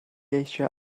eisiau